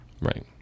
Right